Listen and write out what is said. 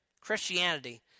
Christianity